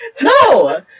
No